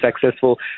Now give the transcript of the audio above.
successful